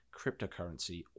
cryptocurrency